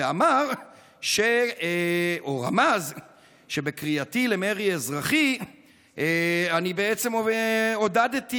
ואמר או רמז שבקריאתי למרי אזרחי אני בעצם עודדתי